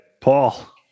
Paul